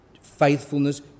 faithfulness